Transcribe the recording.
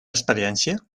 experiència